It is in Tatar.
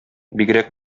бигрәк